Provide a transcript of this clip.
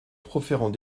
proférant